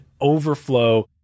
overflow